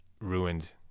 ruined